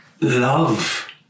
love